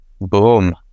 Boom